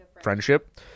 friendship